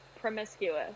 promiscuous